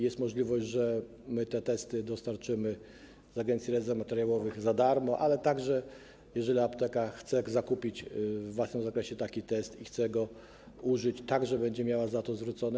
Jest możliwość, że my te testy dostarczymy z Agencji Rezerw Materiałowych za darmo, ale jeżeli apteka chce zakupić we własnym zakresie taki test i chce go użyć, także będzie miała za to zwrócone.